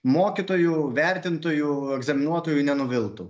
mokytojų vertintojų egzaminuotojų nenuviltų